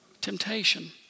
Temptation